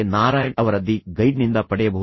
ನಾರಾಯಣ್ ಅವರ ದಿ ಗೈಡ್ನಿಂದ ಪಡೆಯಬಹುದು